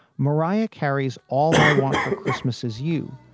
mariah carey's all i want for christmas is you,